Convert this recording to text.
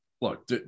look